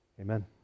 Amen